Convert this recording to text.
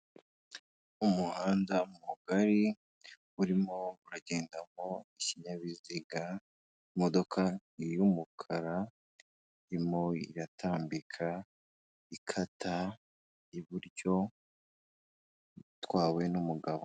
Umuhanda mugari urimo uragendamo ikinyabiziga, imodoka ni iy'umukara irimo iratambika ikata iburyo itwawe n'umugabo.